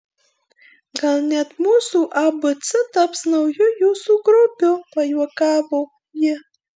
gal net mūsų abc taps nauju jūsų grobiu pajuokavo ji